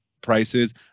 prices